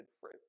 fruit